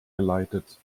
geleitet